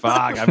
Fuck